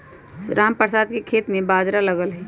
रामप्रसाद के खेत में बाजरा लगल हई